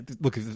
look